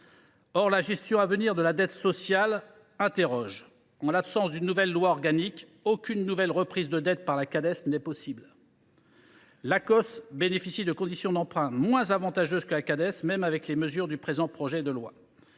Or la gestion à venir de la dette sociale interroge. En l’absence d’une nouvelle loi organique, aucune nouvelle reprise de dette par la Cades n’est possible. L’Acoss bénéficie de conditions d’emprunt moins avantageuses que la Cades, même en tenant compte des mesures du présent projet de loi.